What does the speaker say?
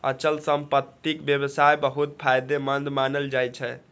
अचल संपत्तिक व्यवसाय बहुत फायदेमंद मानल जाइ छै